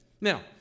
Now